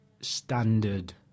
standard